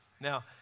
now